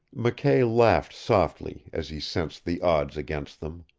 mckay laughed softly as he sensed the odds against them.